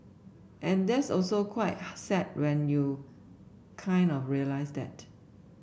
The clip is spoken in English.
and that's also quite sad when you kind of realise that